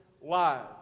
lives